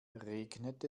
regnet